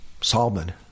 Salmon